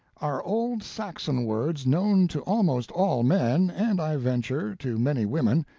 are old saxon words known to almost all men and, i venture, to many women,